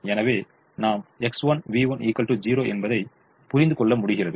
எனவே நாம் X1V1 0 என்பதை புரிந்து கொள்ள முடிகிறது